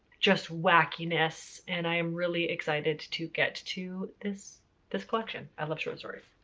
just wackiness, and i am really excited to get to this this collection. i love short stories.